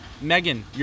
Megan